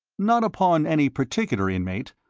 not upon any particular inmate,